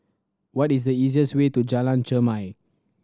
what is the easiest way to Jalan Chermai